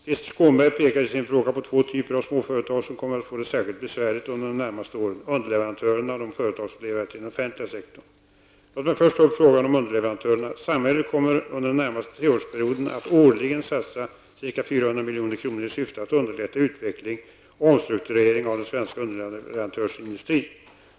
Krister Skånberg pekar i sin fråga på två typer av småföretag som kommer att få det särskilt besvärligt under de närmaste åren -- underleverantörerna och de företag som levererar till den offentliga sektorn. Låt mig först ta upp frågan om underleverantörerna. Samhället kommer under den närmaste treårsperioden att årligen satsa ca 400 milj.kr. i syfte att underlätta utveckling och omstrukturering av den svenska underleverantörsindustrin.